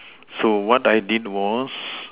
so what I did was